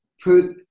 put